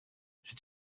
c’est